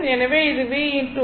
எனவே இது v i